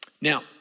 Now